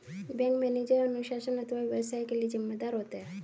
bank manager अनुशासन अथवा व्यवसाय के लिए जिम्मेदार होता है